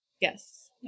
Yes